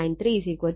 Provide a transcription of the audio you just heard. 93 187